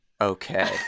okay